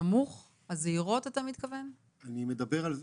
בזהירות אתה מתכוון על הצד הנמוך?